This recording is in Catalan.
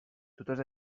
totes